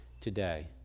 today